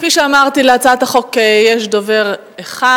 כפי שאמרתי, להצעת החוק יש דובר אחד.